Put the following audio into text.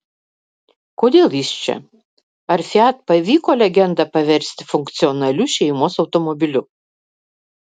kodėl jis čia ar fiat pavyko legendą paversti funkcionaliu šeimos automobiliu